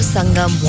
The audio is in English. Sangam